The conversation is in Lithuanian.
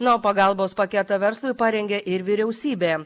na o pagalbos paketą verslui parengė ir vyriausybė